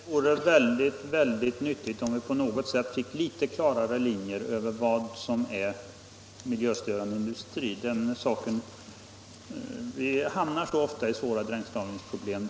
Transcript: Herr talman! Jag håller nog fortfarande fast vid att det vore väldigt nyttigt om vi på något sätt fick litet klarare linjer i fråga om vad som är miljöstörande industri. Vi hamnar så ofta i svåra avvägningsproblem.